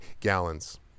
gallons